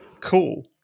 cool